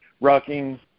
rocking